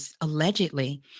allegedly